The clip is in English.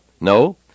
No